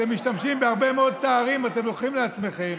אתם משתמשים בהרבה מאוד תארים שאתם לוקחים לעצמכם,